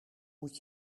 moet